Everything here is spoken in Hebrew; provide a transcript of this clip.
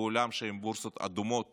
בעולם שהן בורסות אדומות